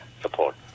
support